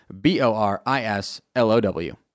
B-O-R-I-S-L-O-W